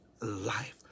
life